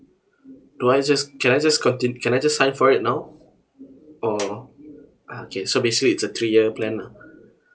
do I just can I just continue can I just sign for it now or okay so basically it's a three year plan ah